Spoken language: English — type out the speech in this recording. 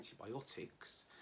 antibiotics